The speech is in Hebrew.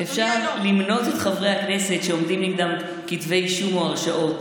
אפשר למנות את חברי הכנסת שעומדים נגדם כתבי אישום או הרשעות.